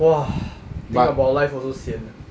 !wah! think about life also sian ah